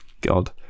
God